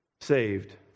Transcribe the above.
saved